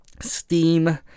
steam